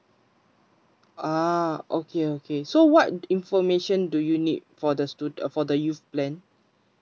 ah okay okay so what information do you need for the stud~ for the youth plan